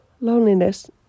loneliness